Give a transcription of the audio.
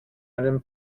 einen